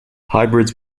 hybrids